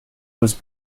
was